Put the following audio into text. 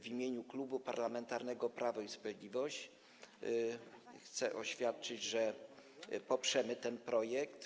W imieniu Klubu Parlamentarnego Prawo i Sprawiedliwość chcę oświadczyć, że poprzemy ten projekt.